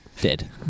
dead